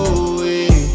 away